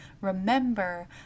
remember